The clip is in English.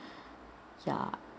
ya